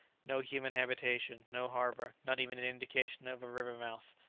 no human habitation, no harbour, not even an indication of a river-mouth,